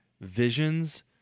visions